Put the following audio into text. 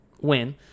win